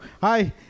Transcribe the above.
Hi